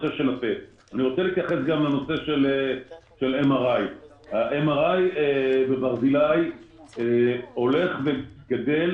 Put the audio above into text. אני רוצה להתייחס גם לנושא של MRI. הדרישה ל-MRI הולכת וגדלה.